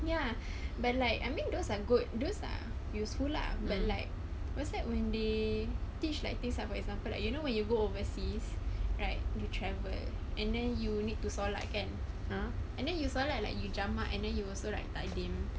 ya but like I mean those are good those are useful lah but like what's that when they teach like things like for example like you know when you go overseas right do you travel and then you need to solat kan and then you solat like you jamak and then you will also like takdim